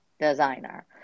designer